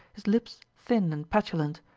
his lips thin and petulant.